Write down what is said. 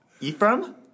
Ephraim